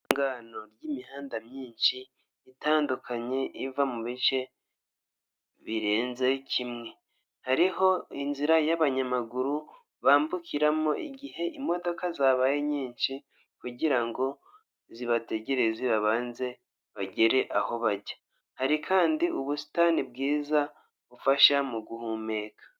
Isangano ry'imihanda myinshi itandukanye iva mu bice birenze kimwe. Hariho inzira y'abanyamaguru bambukiramo igihe imodoka zabaye nyinshi, kugira ngo zibategereze babanze bagere aho bajya. Hari kandi ubusitani bwiza bufasha mu guhumeka.